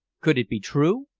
could it be true?